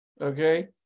Okay